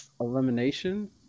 Elimination